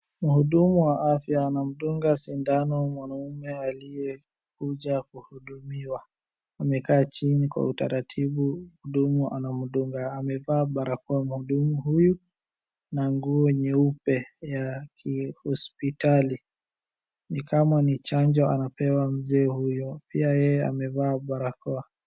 mhudumu wa afya anamdunga sindano mwanaume aliye kuja kuhudumiwa amekaa chini kwa utaratibu mhudumu anamdunga amevaa barakoa mhudumu huyu na nguo nyeupe ya kihospitali ni kama ni chanjo anapewa mzee huyu pia yeye amevaa barakoa